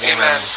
Amen